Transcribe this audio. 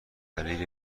دلیل